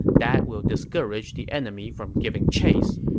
that will discourage the enemy from giving chase.